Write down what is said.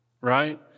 right